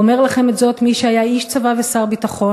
אומר לכם את זאת מי שהיה איש צבא ושר ביטחון